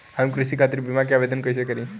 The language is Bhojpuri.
हम कृषि खातिर बीमा क आवेदन कइसे करि?